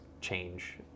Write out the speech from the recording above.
change